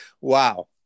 wow